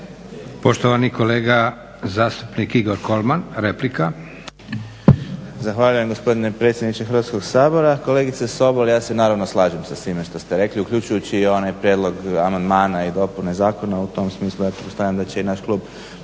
Poštovani kolega zastupnik Igor Kolman, replika.